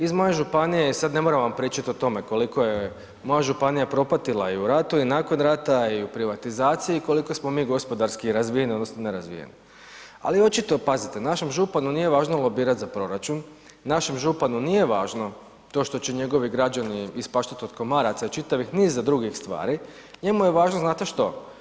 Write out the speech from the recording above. Iz moje županije, sad ne moram vam pričati o tome koliko je moja županija propatila i u ratu i nakon rata i u privatizaciji, koliko smo mi gospodarski razvijeni odnosno nerazvijeni ali očito pazite, našem županu nije važno lobirat za proračun, našem županu nije važno to što će njegovi građani ispaštat od komaraca i čitavih niza drugih stvari, njemu je važno, znate što?